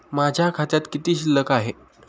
माझ्या खात्यात किती शिल्लक आहे?